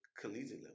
collegiate-level